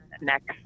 next